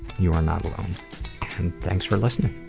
you are not alone. and thanks for listening